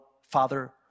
Father